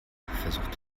versucht